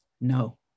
no